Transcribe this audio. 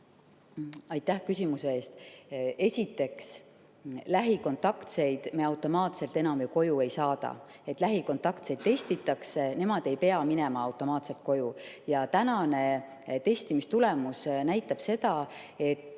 Aitäh küsimuse eest! Esiteks, lähikontaktseid me automaatselt enam koju ei saada, lähikontaktseid testitakse, nemad ei pea automaatselt koju minema. Ja tänane testimistulemus näitab seda, et